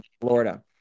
Florida